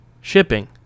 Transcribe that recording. shipping